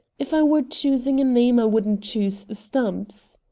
if i were choosing a name i wouldn't choose stumps.